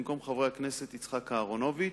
במקום חברי הכנסת יצחק אהרונוביץ,